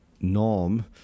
norm